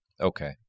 okay